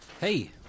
Hey